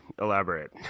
elaborate